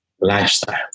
lifestyle